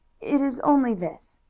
it is only this.